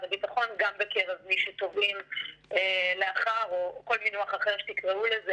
הביטחון גם בקרב מי שתובעים או כל מינוח אחר שתקראו לזה,